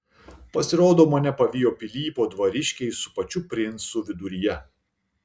pasirodo mane pavijo pilypo dvariškiai su pačiu princu viduryje